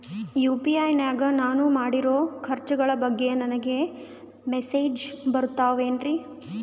UPI ನಾಗ ನಾನು ಮಾಡಿರೋ ಖರ್ಚುಗಳ ಬಗ್ಗೆ ನನಗೆ ಮೆಸೇಜ್ ಬರುತ್ತಾವೇನ್ರಿ?